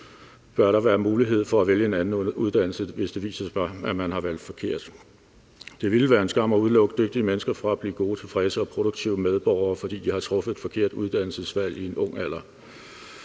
bør der være mulighed for at vælge en anden uddannelse, hvis det viser sig, at man har valgt forkert. Det ville være en skam at udelukke dygtige mennesker fra at blive gode, tilfredse og produktive medborgere, fordi de har truffet et forkert uddannelsesvalg i en ung alder.